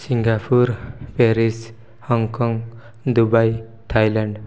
Singapore Paris Hong Kong Dubai Thailand